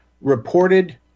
reported